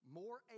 more